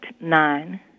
nine